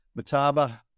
Mataba